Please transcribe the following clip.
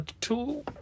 two